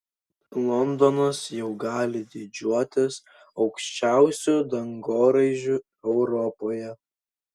londonas jau gali didžiuotis aukščiausiu dangoraižiu europoje